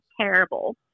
terrible